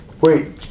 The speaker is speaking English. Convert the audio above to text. Wait